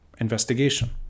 investigation